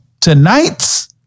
Tonight's